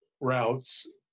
routes